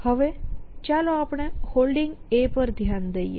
હવે ચાલો આપણે Holding પર ધ્યાન દઈએ